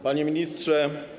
Panie Ministrze!